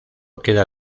queda